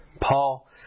Paul